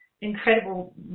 incredible